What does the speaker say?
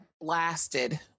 blasted